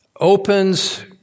opens